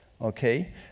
okay